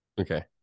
Okay